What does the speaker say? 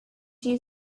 you